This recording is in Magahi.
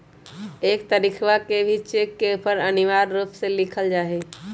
एक तारीखवा के भी चेक के ऊपर अनिवार्य रूप से लिखल जाहई